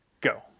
go